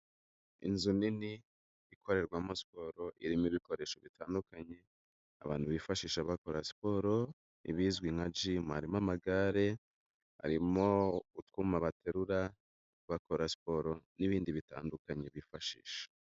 Inzu nini ikorerwamo siporo irimo ibikoresho bitandukanye abantu bifashisha bakora siporo, ibizwi nka jimu, harimo amagare, harimo utwuma baterura bakora siporo n'ibindi bitandukanye bifashisha.